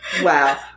Wow